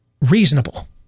reasonable